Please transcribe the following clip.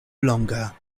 longer